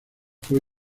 fue